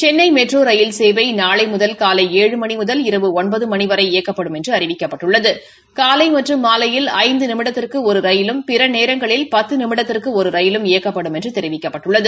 Chennai metro rail சேவை நாளை முதல் காலை ஏழு மணி முதல் இரவு ஒன்பது மணி வரை இயக்கப்படும் என்று அறிவிக்கப்பட்டுள்ளது காலை மற்றும் மாலையில் ஐந்து நிமிடத்திற்கு ஒரு ரயிலும் பிற நேரங்களில் பத்து நிமிடத்திற்கு ஒரு ரயிலும் இயக்கப்படும் என்று தெரிவிக்கப்பட்டுள்ளது